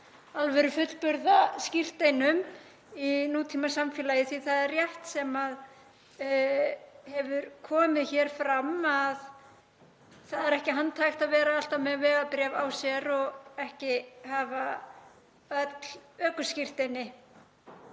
alvöru fullburða skírteinum í nútímasamfélagi því það er rétt sem hefur komið hér fram að það er ekki handhægt að vera alltaf með vegabréf á sér og ekki hafa öll ökuskírteini.